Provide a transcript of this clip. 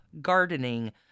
gardening